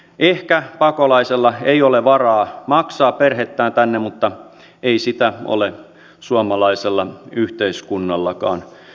ehkä pakolaisella ei ole varaa maksaa perhettään tänne mutta ei sitä ole suomalaisella yhteiskunnallakaan